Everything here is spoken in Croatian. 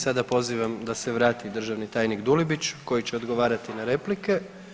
Sada pozivam da se vrati državni tajnik Dulibić koji će odgovarati na replike.